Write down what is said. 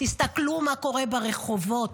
תסתכלו מה קורה ברחובות.